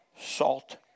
salt